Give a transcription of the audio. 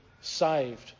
saved